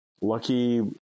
lucky